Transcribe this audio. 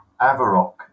Avarok